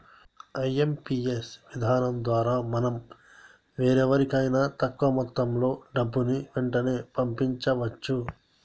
IMPS విధానం ద్వారా మనం వేరెవరికైనా తక్కువ మొత్తంలో డబ్బుని వెంటనే పంపించవచ్చు